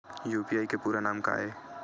UPI के पूरा नाम का ये?